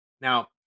now